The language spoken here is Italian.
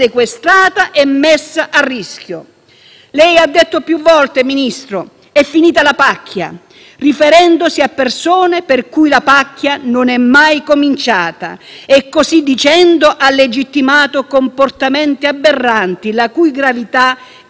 riferendosi a persone per cui la pacchia non è mai cominciata; così dicendo, ha legittimato comportamenti aberranti, la cui gravità è sotto gli occhi di tutti ed è alimentata dalla sua bestia. È una responsabilità, la sua,